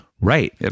Right